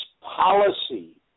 policy